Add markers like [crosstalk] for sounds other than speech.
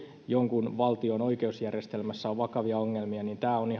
jonkun valtion oikeusjärjestelmässä on vakavia ongelmia niin tämä on [unintelligible]